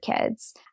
kids